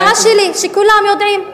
זו הדעה שלי, שכולם יודעים.